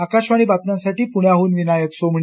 आकाशवाणी बातम्यांसाठी प्ण्याहन विनायक सोमणी